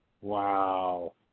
Wow